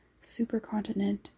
supercontinent